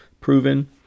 proven